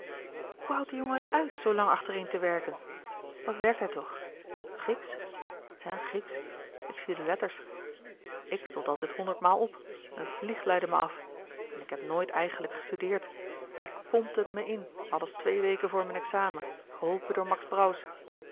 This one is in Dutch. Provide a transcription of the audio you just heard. de jongen het uit zoo lang achtereen te werken wat werkt hij toch grieksch ja grieksch ik zie de letters ik stond altijd honderd maal op een vlieg leidde mij af en ik heb nooit eigenlijk gestudeerd ik pompte het me in alles twee weken voor mijn examen geholpen door max